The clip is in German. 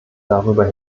darüber